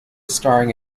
starring